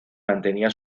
mantenía